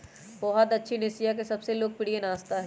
पोहा दक्षिण एशिया के सबसे लोकप्रिय नाश्ता हई